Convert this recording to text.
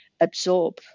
absorb